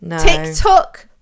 tiktok